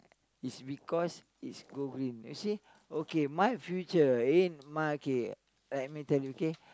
is because is go green actually okay my future in my okay let me tell you okay